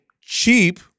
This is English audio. cheap